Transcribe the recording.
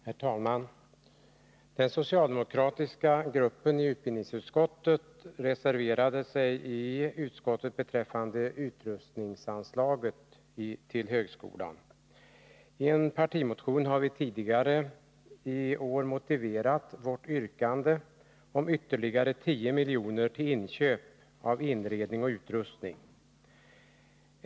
Herr talman! Den socialdemokratiska gruppen i utbildningsutskottet reserverade sig i utskottet beträffande utrustningsanslaget till högskolan. I en partimotion har vi tidigare i år motiverat vårt yrkande på ytterligare 10 milj.kr. till inköp av inredning och utrustning.